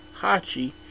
Hachi